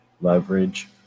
leverage